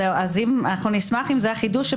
נשמח אם זה החידוש,